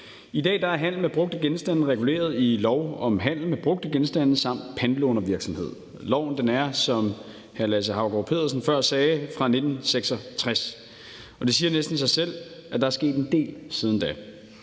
I dag er handel med brugte genstande reguleret i lov om handel med brugte genstande samt pantlånervirksomhed. Loven er, som hr. Lasse Haugaard Pedersen også før sagde det, fra 1966, og det siger næsten sig selv, at der er sket en del siden da.